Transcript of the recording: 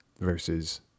versus